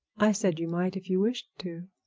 i said you might if you wished to.